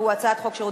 הצלת את כבוד